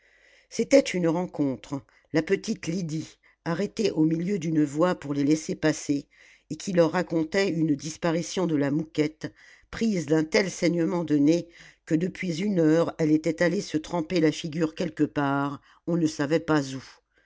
c'était une rencontre la petite lydie arrêtée au milieu d'une voie pour les laisser passer et qui leur racontait une disparition de la mouquette prise d'un tel saignement de nez que depuis une heure elle était allée se tremper la figure quelque part on ne savait pas où